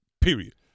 Period